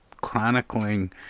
chronicling